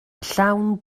llawn